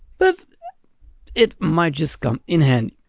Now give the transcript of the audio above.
but it might just come in handy.